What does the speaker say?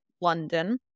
London